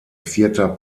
vierter